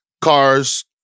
cars